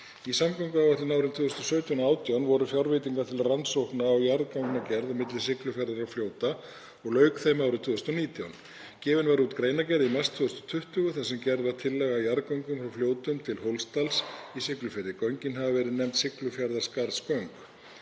Í samgönguáætlun árin 2017 og 2018 voru fjárveitingar til rannsókna á jarðgangagerð milli Siglufjarðar og Fljóta og lauk þeim árið 2019. Gefin var út greinargerð í mars 2020 þar sem gerð var tillaga að jarðgöngum frá Fljótum til Hólsdals í Siglufirði. Göngin hafa verið nefnd Siglufjarðarskarðsgöng.